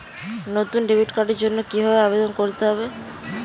নতুন ডেবিট কার্ডের জন্য কীভাবে আবেদন করতে হবে?